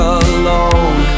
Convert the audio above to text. alone